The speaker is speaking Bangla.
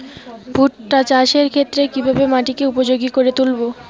ভুট্টা চাষের ক্ষেত্রে কিভাবে মাটিকে উপযোগী করে তুলবো?